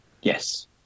yes